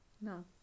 No